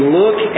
look